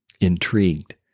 Intrigued